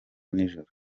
nijoro